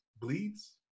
Bleeds